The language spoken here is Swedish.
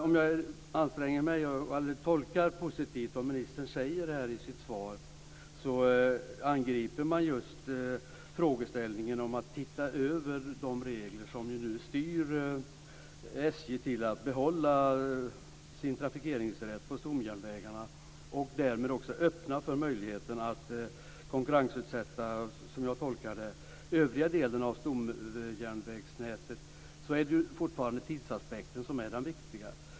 Om jag anstränger mig att tolka positivt det ministern säger i sitt svar angriper man just frågan och ser över de regler som nu styr SJ till att behålla sin trafikeringsrätt på stomjärnvägarna och därmed också öppnar för möjligheten att konkurrensutsätta, som jag tolkar det, övriga delar av stomjärnvägsnätet. Men det är fortfarande tidsaspekten som är det viktiga.